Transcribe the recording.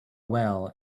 well